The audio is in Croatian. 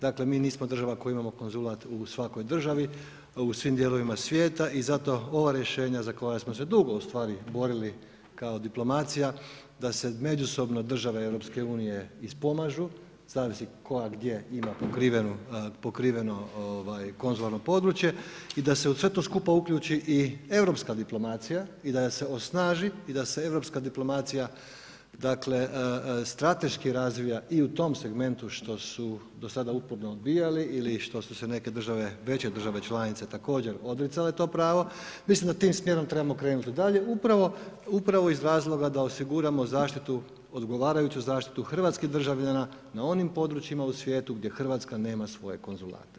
Dakle mi nismo država koji imamo konzulat u svakoj državi, u svim dijelovima svijeta, i zato ova rješenja za koja smo se dugo ustvari borili kao diplomacija, da se međusobno države EU-a ispomažu, zavisi koja gdje ima pokriveno konzularno područje, i da se u sve to skupa uključi i europska diplomacija i da se osnaži i da se europska diplomacija strateški razvija i u tim segmentu što su do sada uporno odbijali ili što su se neke države, već države članice također odricale na to pravo, mislim da tim smjerom trebamo krenuti dalje, upravo iz razloga da osiguramo zaštitu, odgovarajuću zaštitu hrvatskih državljana na onim područjima u svijetu gdje Hrvatska nema svoje konzulate.